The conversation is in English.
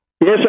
Yes